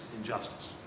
injustice